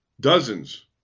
dozens